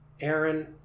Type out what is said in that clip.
Aaron